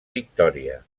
victòria